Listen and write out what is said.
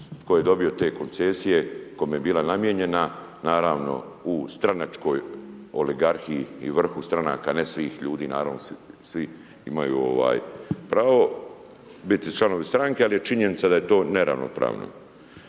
tko je dobio te koncesije, kome je bila namijenjena, naravno u stranačkoj oligarhiji i vrhu stranaka, ne svih ljudi naravno, svi imaju pravo biti članovi stranke, ali je činjenica da je to neravnopravno.